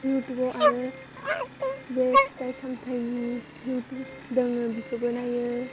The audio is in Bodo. इउटुबाव आरो बे फिथाइ सामथाइनि इउटुब दङ बिखौबो नाइयो